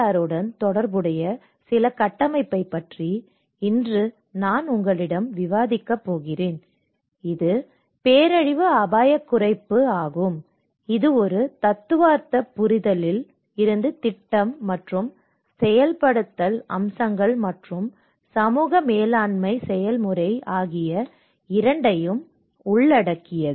ஆருடன் தொடர்புடைய சில கட்டமைப்பைப் பற்றி இன்று நான் உங்களுடன் விவாதிக்கப் போகிறேன் இது பேரழிவு அபாயக் குறைப்பு ஆகும் இது ஒரு தத்துவார்த்த புரிதலில் இருந்து திட்டம் மற்றும் செயல்படுத்தல் அம்சங்கள் மற்றும் சமூக மேலாண்மை செயல்முறை ஆகிய இரண்டையும் உள்ளடக்கியது